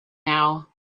now